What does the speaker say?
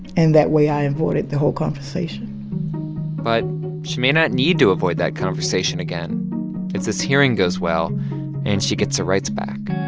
and that way, i avoided the whole conversation but she may not need to avoid that conversation again if this hearing goes well and she gets her rights back